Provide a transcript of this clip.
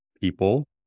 people